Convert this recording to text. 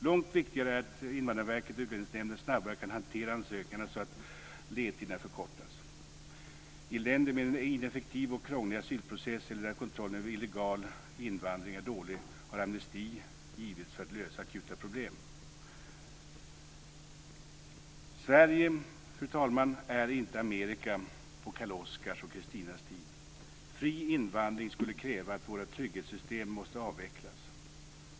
Långt viktigare är att Invandrarverket och Utlänningsnämnden snabbare kan hantera ansökningarna så att ledtiderna förkortas. I länder med en ineffektiv och krånglig asylprocess eller där kontrollen över illegal invandring är dålig har amnesti getts för att lösa akuta problem. Fru talman! Sverige är inte Amerika på Karl Oskars och Kristinas tid. Fri invandring skulle kräva att våra trygghetssystem måste avvecklas.